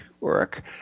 work